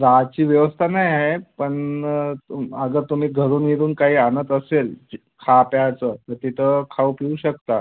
राहायची व्यवस्था नाही आहे पण तु अगर तुम्ही घरून विरून काही आणत असेल खाप्याचं तर तिथं खाऊ पिऊ शकता